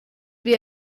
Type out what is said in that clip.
wie